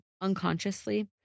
unconsciously